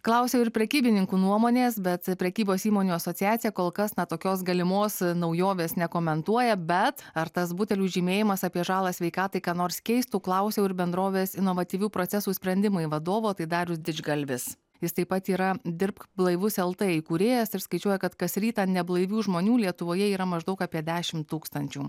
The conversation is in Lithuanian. klausiau ir prekybininkų nuomonės bet prekybos įmonių asociacija kol kas na tokios galimos naujovės nekomentuoja bet ar tas butelių žymėjimas apie žalą sveikatai ką nors keistų klausiau ir bendrovės inovatyvių procesų sprendimai vadovo tai darius didžgalvis jis taip pat yra dirbk blaivus lt įkūrėjas ir skaičiuoja kad kas rytą neblaivių žmonių lietuvoje yra maždaug apie dešim tūkstančių